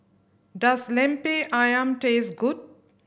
does Lemper Ayam taste good